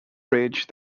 ridge